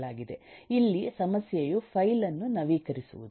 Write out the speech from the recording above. ಇಲ್ಲಿ ಸಮಸ್ಯೆಯು ಫೈಲ್ ಅನ್ನು ನವೀಕರಿಸುವುದು